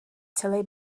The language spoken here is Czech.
celej